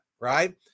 right